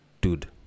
dude